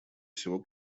всего